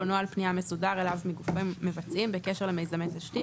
נוהל פנייה מסודר אליו פונים גופים מבצעים בקשר למיזמי תשתית,